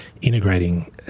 integrating